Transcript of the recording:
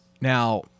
Now